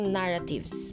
narratives